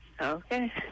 Okay